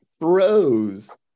froze